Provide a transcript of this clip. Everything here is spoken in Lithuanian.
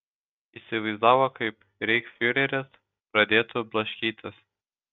įsivaizdavo kaip reichsfiureris pradėtų blaškytis